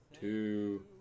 two